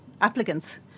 applicants